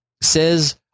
says